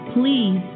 Please